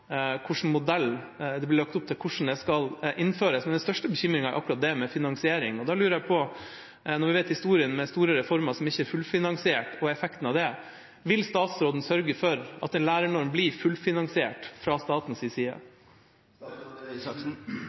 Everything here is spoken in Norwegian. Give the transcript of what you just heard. hvordan den skal innføres. Men den største bekymringen er akkurat det med finansiering. Da lurer jeg på: Når vi kjenner historien, med store reformer som ikke er fullfinansiert, og effekten av det – vil statsråden sørge for at en lærernorm blir fullfinansiert fra statens side?